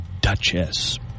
duchess